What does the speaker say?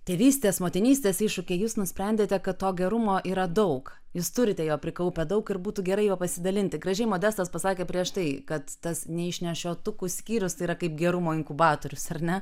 tėvystės motinystės iššūkiai jūs nusprendėte kad to gerumo yra daug jūs turite jo prikaupę daug ir būtų gerai juo pasidalinti gražiai modestas pasakė prieš tai kad tas neišnešiotukų vaikų skyrius tai yra kaip gerumo inkubatorius ar ne